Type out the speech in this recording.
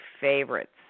favorites